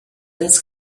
des